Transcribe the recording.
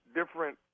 different